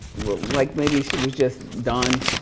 like maybe, she was just done.